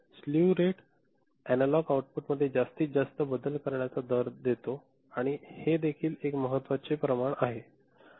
slew rate analogue आउटपुटमध्ये जास्तीत जास्त बदल करण्याचा दर देतो आणि हे देखील एक महत्त्वाचे प्रमाण आहे